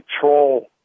control